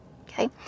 Okay